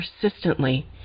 persistently